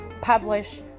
publish